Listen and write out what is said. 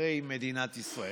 ערי מדינת ישראל.